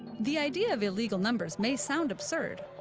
the idea of illegal numbers may sound absurd,